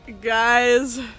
Guys